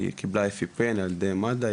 היא קיבלה אפיפן על ידי מד"א,